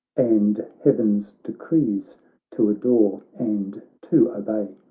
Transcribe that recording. and heaven's decrees to adore and to obey.